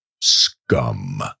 scum